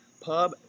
pub